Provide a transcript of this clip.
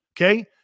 Okay